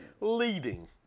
leading